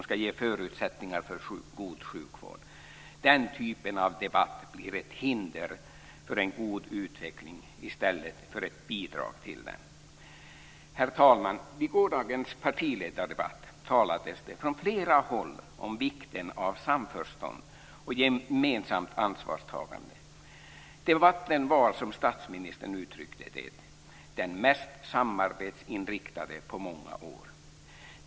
Den typen av debatt blir ett hinder för en god utveckling i stället för ett bidrag till den. Herr talman! Vid gårdagens partiledardebatt talades det från flera håll om vikten av samförstånd och gemensamt ansvarstagande. Debatten var, som statsministern uttryckte det, den mest samarbetsinriktade på många år.